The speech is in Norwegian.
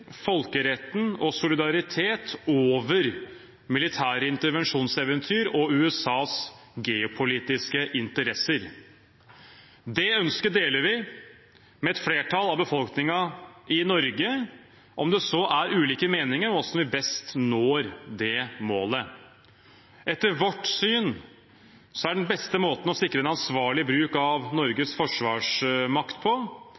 folkeretten og solidaritet foran militære intervensjonseventyr og USAs geopolitiske interesser. Det ønsket deler vi med et flertall av befolkningen i Norge, om det så er ulike meninger om hvordan vi best når det målet. Etter vårt syn er den beste måten å sikre en ansvarlig bruk av Norges forsvarsmakt på,